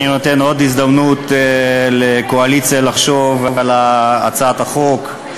אני נותן עוד הזדמנות לקואליציה לחשוב על הצעת החוק.